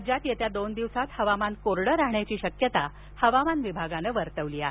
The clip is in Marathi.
राज्यात येत्या दोन दिवसात हवामान कोरडं राहण्याची शक्यता हवामान विभागानं वर्तवली आहे